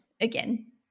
again